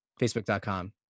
Facebook.com